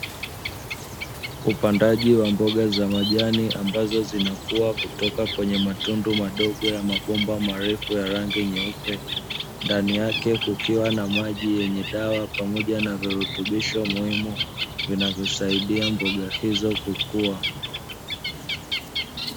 Upandaji wa mboga za majani ambazo zinakua kutoka kwenye matundu madogo marefu ya rangi nyepe, ndani yake kukiwa na maji yenye dawa pamoja na virutubisho muhimu vinavyosaidia mboga hizo kukua.